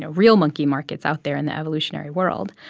ah real monkey markets out there in the evolutionary world.